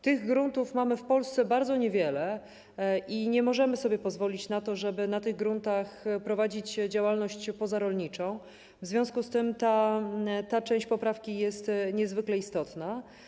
Tych gruntów mamy w Polsce bardzo niewiele i nie możemy sobie pozwolić na to, żeby na tych gruntach prowadzić działalność pozarolniczą, w związku z tym ta część poprawki jest niezwykle istotna.